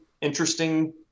interesting